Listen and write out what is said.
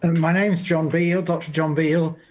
and my name's john beale, dr. john beale.